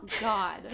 God